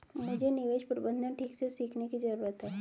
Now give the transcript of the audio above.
मुझे निवेश प्रबंधन ठीक से सीखने की जरूरत है